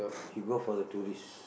he for the tourist